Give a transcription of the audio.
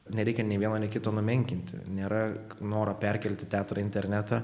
nereikia nei vieno kito numenkinti nėra noro perkelti teatrą į internetą